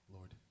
Lord